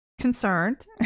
concerned